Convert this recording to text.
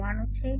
99 છે